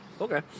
okay